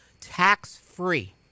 Tax-free